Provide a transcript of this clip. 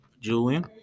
Julian